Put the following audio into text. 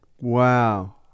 Wow